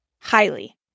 Highly